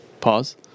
pause